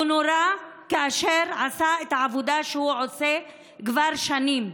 הוא נורה כאשר עשה את העבודה שהוא עושה כבר שנים.